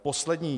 Poslední.